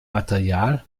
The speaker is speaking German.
material